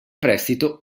prestito